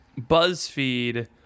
BuzzFeed